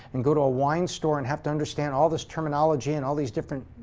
and go to a wine store and have to understand all this terminology and all these different,